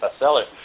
bestseller